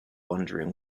wondering